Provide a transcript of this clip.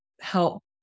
help